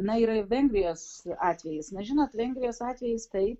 na ir vengrijos atvejis na žinot vengrijos atvejis tai